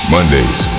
Mondays